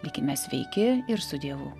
likime sveiki ir su dievu